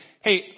hey